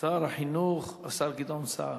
שר החינוך, השר גדעון סער.